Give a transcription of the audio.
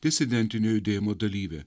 disidentinio judėjimo dalyvė